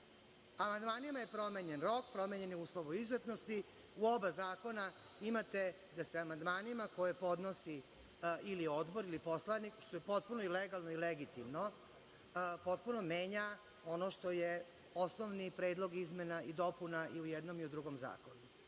izmenjena? Amandmanima je promenjen rok, promenjen uslov o izuzetnosti. U oba zakona imate da se amandmanima koje podnosi ili odbor ili poslanik, što je potpuno i legalno i legitimno, potpuno menja ono što je osnovni predlog izmena i dopuna i u jednom i u drugom zakonu. Dakle,